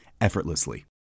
effortlessly